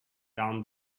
down